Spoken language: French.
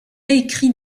écrit